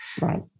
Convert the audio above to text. Right